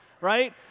right